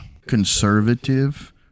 conservative